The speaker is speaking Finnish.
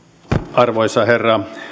arvoisa herra